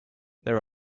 there